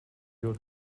your